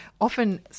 often